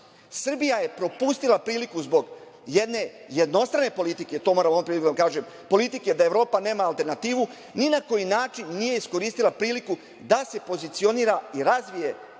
Srbija je propustila priliku zbog jedne jednostrane politike, to moram ovom prilikom da vam kažem, politike da Evropa nema alternativu, ni na koji način nije iskoristila priliku da se pozicionira i razvije prvenstveno